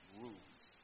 rules